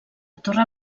torre